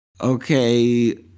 okay